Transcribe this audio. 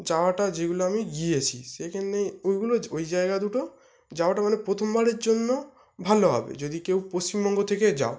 যাওয়াটা যেগুলো আমি গিয়েছি সেখানে ওগুলো ওই জায়গা দুটো যাওয়াটা মানে প্রথমবারের জন্য ভালো হবে যদি কেউ পশ্চিমবঙ্গ থেকে যাও